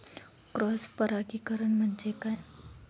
Cross परागीकरण म्हणजे काय?